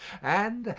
and,